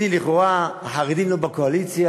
הנה, לכאורה החרדים לא בקואליציה,